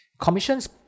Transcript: Commission's